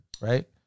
right